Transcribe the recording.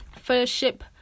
fellowship